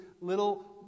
little